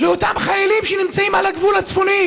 לאותם חיילים שנמצאים על הגבול הצפוני